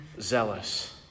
zealous